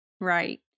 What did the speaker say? Right